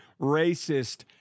racist